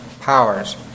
powers